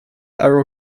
arrow